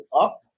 up